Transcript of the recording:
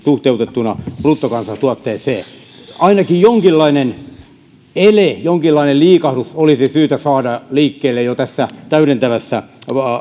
suhteutettuna bruttokansantuotteeseen ainakin jonkinlainen ele jonkinlainen liikahdus olisi syytä saada liikkeelle jo tässä täydentävässä